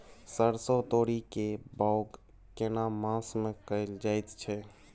सरसो, तोरी के बौग केना मास में कैल जायत छै?